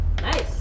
Nice